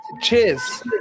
cheers